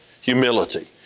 Humility